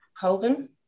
Colvin